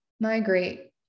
Migrate